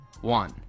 one